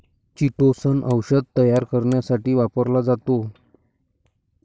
chitosan औषध तयार करण्यासाठी वापरला जातो